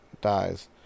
dies